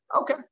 okay